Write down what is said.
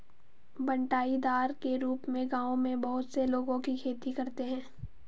बँटाईदार के रूप में गाँवों में बहुत से लोगों की खेती करते हैं